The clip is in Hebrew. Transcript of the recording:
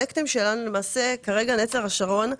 כרגע "נצר השרון"